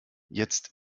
jetzt